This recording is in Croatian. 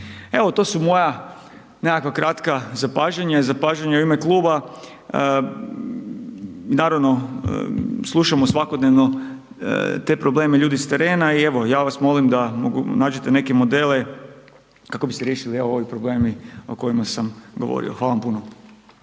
Evo, to su moja nekakva kratka zapažanja, zapažanja u ime kluba, naravno, slušamo svakodnevno te probleme ljudi s terena i evo ja vas molim da nađete neke modele kako bi se riješili evo ovi problemi o kojima sam govorio. Hvala vam puno.